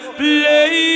play